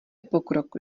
pokrok